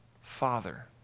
Father